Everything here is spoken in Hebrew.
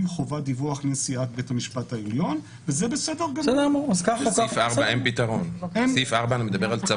זה בסדר לנהל משא-ומתן על דברים,